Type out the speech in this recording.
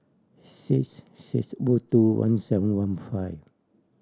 six six O two one seven one five